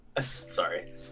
Sorry